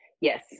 Yes